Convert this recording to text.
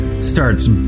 starts